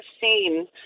seen